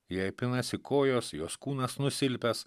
jai pinasi kojos jos kūnas nusilpęs